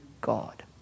God